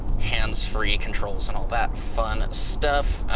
hands free controls and all that fun stuff.